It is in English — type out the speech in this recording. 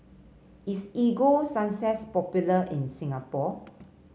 is Ego Sunsense popular in Singapore